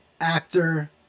actor